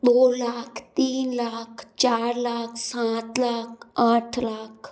दो लाख तीन लाख चार लाख सात लाख आठ लाख